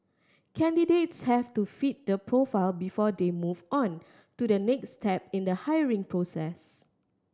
candidates have to fit the profile before they move on to the next step in the hiring process